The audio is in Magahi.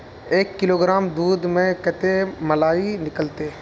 एक किलोग्राम दूध में कते मलाई निकलते?